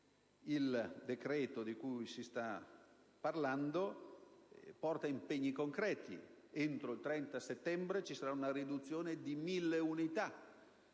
Il decreto di cui si sta parlando porta impegni concreti: entro il 30 settembre ci sarà una riduzione di 1.000 unità